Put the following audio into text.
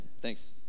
thanks